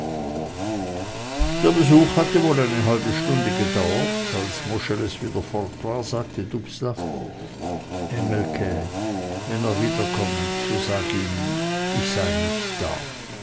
der besuch hatte wohl eine halbe stunde gedauert als moscheles wieder fort war sagte dubslav engelke wenn er wiederkommt so sag ihm ich sei nicht da